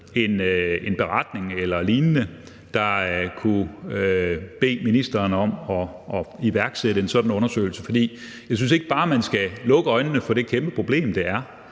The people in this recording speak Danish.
en beretning eller lignende, hvor man kunne bede ministeren om at iværksætte en sådan undersøgelse. For jeg synes ikke bare, man skal lukke øjnene for det kæmpe problem, det er.